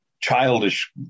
childish